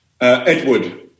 Edward